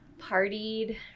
partied